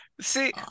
see